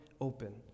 open